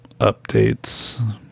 updates